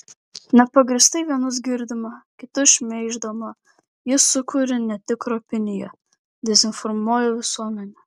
nepagrįstai vienus girdama kitus šmeiždama ji sukuria netikrą opiniją dezinformuoja visuomenę